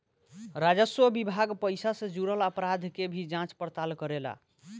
राजस्व विभाग पइसा से जुरल अपराध के भी जांच पड़ताल करेला